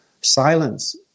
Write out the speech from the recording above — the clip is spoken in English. silence